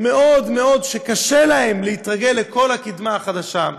שמאוד מאוד קשה להם להתרגל לכל הקדמה החדשה.